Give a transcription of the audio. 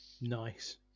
Nice